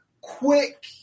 quick